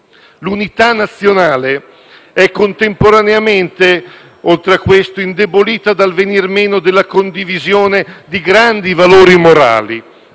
L'unità nazionale è contemporaneamente, oltre a questo, indebolita dal venir meno della condivisione di grandi valori morali